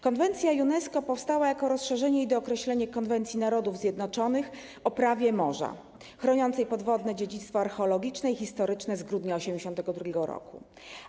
Konwencja UNESCO powstała jako rozszerzenie i dookreślenie Konwencji Narodów Zjednoczonych o prawie morza chroniącej podwodne dziedzictwo archeologiczne i historyczne z grudnia 1982 r.